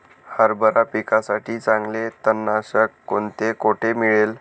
हरभरा पिकासाठी चांगले तणनाशक कोणते, कोठे मिळेल?